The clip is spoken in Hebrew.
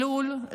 עלול,